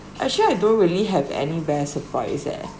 actually I don't really have any best surprise eh